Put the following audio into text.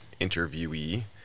interviewee